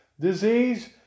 disease